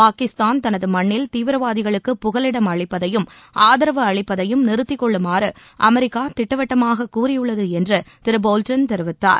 பாகிஸ்தான் தனது மண்ணில் தீவிரவாதிகளுக்கு புகலிடம் அளிப்பதையும் ஆதரவு அளிப்பதையும் நிறுத்திக்கொள்ளுமாறு அமெரிக்கா திட்டவட்டமாக கூறியுள்ளது என்று திரு போல்டன் தெரிவித்தார்